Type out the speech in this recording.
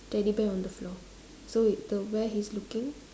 teddy bear on the floor so the where he's looking